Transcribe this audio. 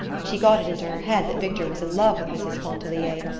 she got it into her head that victor was in love with mrs. pontellier,